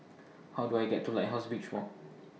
How Do I get to Lighthouse Beach Walk